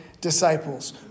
disciples